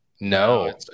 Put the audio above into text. No